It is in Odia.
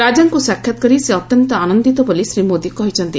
ରାଜାଙ୍କୁ ସାକ୍ଷାତକରି ସେ ଅତ୍ୟନ୍ତ ଆନନ୍ଦିତ ବୋଲି ଶ୍ରୀ ମୋଦି କହିଛନ୍ତି